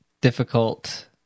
difficult